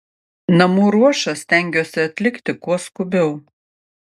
namų ruošą stengiuosi atlikti kuo skubiau